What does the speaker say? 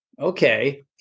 Okay